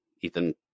Ethan